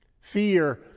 Fear